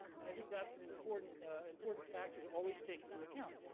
and i think that's an important important factor to always take into account.